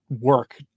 work